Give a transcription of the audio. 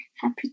Happy